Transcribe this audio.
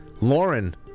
Lauren